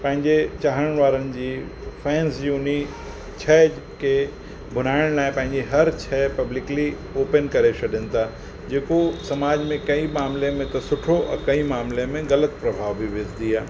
पंहिंजे चाहण वारनि जी फैंस बि उन शइ खे भुञाइण लाइ पंहिंजी हर शइ पब्लिकली ओपन करे छॾनि था जेको समाज में कई मामिले में त सुठो ऐं कई मामिले में ग़लति प्रभाव बि वझंदी आहे